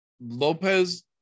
Lopez